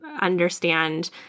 understand